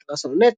באתר סלונט,